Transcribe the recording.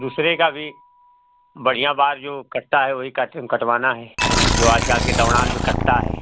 दुसरे का भी बढ़ियां बाल जो कटता है वही कट कटवाना है जो आज कल के दौरान में कटता है